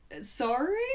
sorry